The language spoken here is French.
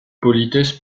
politesse